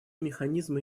механизмы